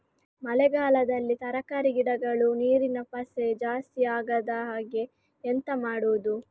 ಮಳೆಗಾಲದಲ್ಲಿ ತರಕಾರಿ ಗಿಡಗಳು ನೀರಿನ ಪಸೆ ಜಾಸ್ತಿ ಆಗದಹಾಗೆ ಎಂತ ಮಾಡುದು?